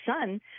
son